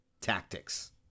tactics